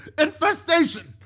infestation